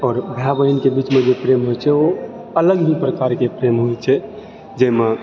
आओर भाय बहिनके बीचमे जे प्रेम होइ छै ओ अलग ही प्रकारकेँ प्रेम होइ छै जाहिमे